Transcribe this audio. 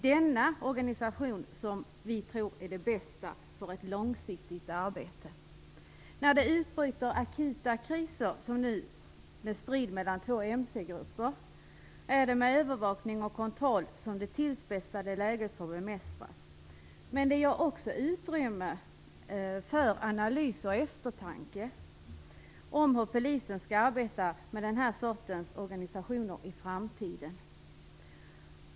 Denna organisation är, tror vi, den bästa för ett långsiktigt arbete. När det utbryter akuta kriser, som nu i fråga om striden mellan två mc-grupper, är det med övervakning och kontroll som det tillspetsade läget får bemästras. Men detta ger också utrymme till analyser och eftertanke när det gäller hur polisen skall arbeta med den här sortens organisationer i framtiden.